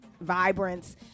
vibrance